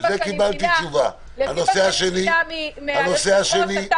ממה שאני מבינה מנוסח החוק,